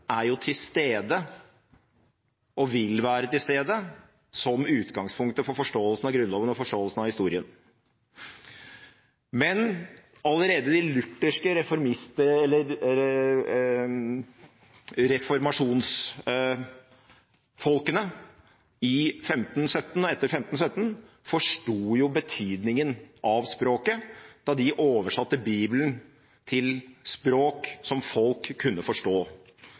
er jo til stede og vil være til stede som utgangspunktet for forståelsen av Grunnloven og forståelsen av historien. Men allerede de lutherske reformasjonsfolkene – i 1517 og etter 1517 – forsto jo betydningen av språket da de oversatte Bibelen til et språk som folk kunne forstå.